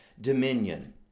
dominion